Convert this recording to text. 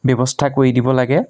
ব্যৱস্থা কৰি দিব লাগে